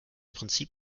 prinzip